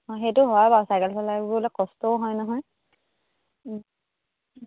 অঁ সেইটো হয় বাৰু চাইকেল চলাই ফুৰিবলৈ কষ্টও হয় নহয়